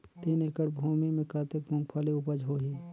तीन एकड़ भूमि मे कतेक मुंगफली उपज होही?